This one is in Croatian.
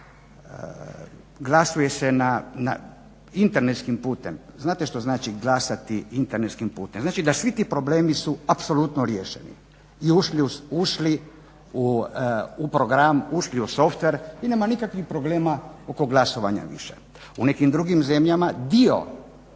Znači da svi ti problemi su apsolutno riješeni i ušli u program ušli u softver i nema nikakvih problema oko glasovanja više. U nekim drugim zemljama dio